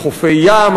של חופי ים,